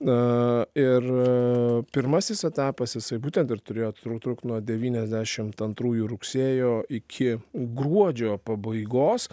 a ir pirmasis etapas jisai būtent ir turėjo trukt nuo devyniasdešimt antrųjų rugsėjo iki gruodžio pabaigos